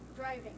driving